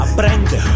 Aprende